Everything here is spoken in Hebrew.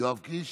יואב קיש,